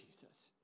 Jesus